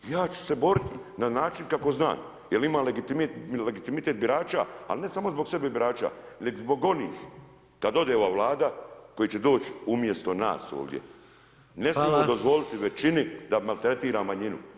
Ja ću se boriti na način kako znam, jer imam legitimitet birača ali ne samo zbog sebe birača već zbog onih kad ode ova Vlada koji će doći umjesto nas ovdje [[Upadica predsjednik: Hvala.]] Ne smijemo dozvoliti većini da maltretira manjinu.